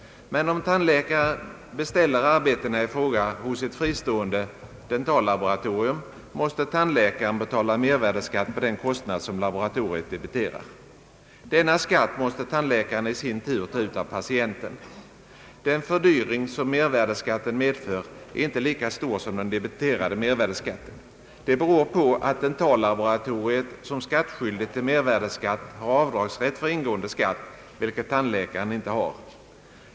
Men om tandläkaren beställer arbetena i fråga hos ett fristående dentallaboratorium måste tandläkaren betala mervärdeskatt på den kostnad som laboratoriet debiterar. Denna skatt måste tandläkaren i sin tur ta ut av patienten. Den fördyring som mervärdeskatten medför är inte lika stor som den debiterade skatten. Detta beror på att dentallaboratoriet som skattskyldigt till mervärdeskatt har avdragsrätt för ingående skatt, vilket tandläkaren inte har.